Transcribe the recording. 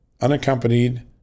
unaccompanied